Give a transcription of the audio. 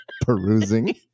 Perusing